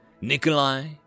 Nikolai